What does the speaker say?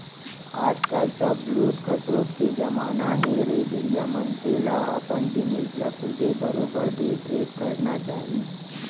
आज काल सब लूट खसोट के जमाना हे रे भइया मनसे ल अपन जिनिस ल खुदे बरोबर देख रेख करना चाही